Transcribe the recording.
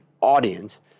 audience